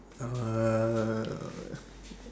uh